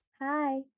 hi